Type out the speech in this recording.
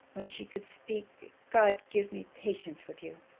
when she could speak god give me patience with you!